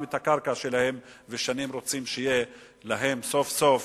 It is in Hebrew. את הקרקע שלהם ושנים רוצים לחזור סוף-סוף